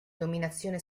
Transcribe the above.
dominazione